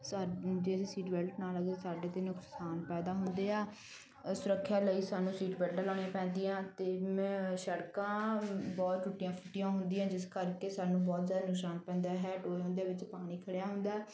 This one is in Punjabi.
ਸਾਢੇ ਜੇ ਅਸੀਂ ਸੀਟ ਬੈਲਟ ਨਾ ਲਾਈਏ ਸਾਡੇ ਤਾਂ ਨੁਕਸਾਨ ਪੈਦਾ ਹੁੰਦੇ ਆ ਅ ਸੁਰੱਖਿਆ ਲਈ ਸਾਨੂੰ ਸੀਟ ਬੈਲਟ ਲਗਾਉਣੀ ਪੈਂਦੀ ਆ ਅਤੇ ਮੈਂ ਸ਼ੜਕਾਂ ਬਹੁਤ ਟੁੱਟੀਆਂ ਫੁੱਟੀਆਂ ਹੁੰਦੀਆਂ ਜਿਸ ਕਰਕੇ ਸਾਨੂੰ ਬਹੁਤ ਜ਼ਿਆਦਾ ਨੁਕਸਾਨ ਪੈਂਦਾ ਹੈ ਡੂਮ ਦੇ ਵਿੱਚ ਪਾਣੀ ਖੜਿਆ ਹੁੰਦਾ